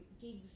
gigs